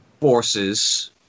forces